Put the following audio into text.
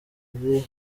buri